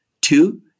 Two